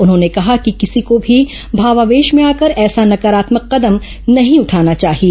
उन्होंने कहा है कि किसी को भी भावावेश में आकर ऐसा नकारात्मक कदम नहीं उठाना चाहिए